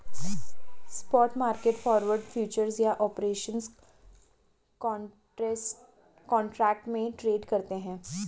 spot market forward, futures या options contract में trade करते हैं